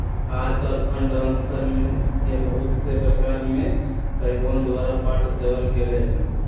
आजकल fund transfer के बहुत से प्रकार में बैंकवन द्वारा बांट देवल गैले है